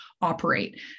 operate